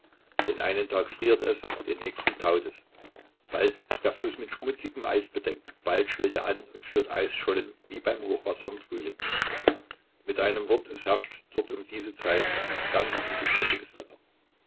den einen tag friert es den nächsten taut es bald ist der fluß mit schmutzigem eise bedeckt bald schwillt er an und führt eisschollen wie beim hochwasser im frühling mit einem wort es herrscht dort um diese zeit ganz unbeständiges wetter